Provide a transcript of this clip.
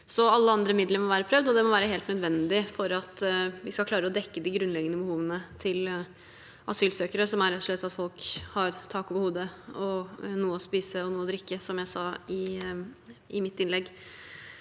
Alle andre midler må være prøvd, og det må være helt nødvendig for at vi skal klare å dekke grunnleggende behov til asylsøkere – rett og slett at folk har tak over hodet og noe å spise og drikke, som jeg sa i mitt innlegg.